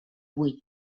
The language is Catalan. buit